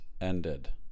ended